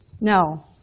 No